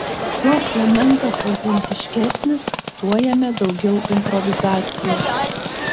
kuo flamenkas autentiškesnis tuo jame daugiau improvizacijos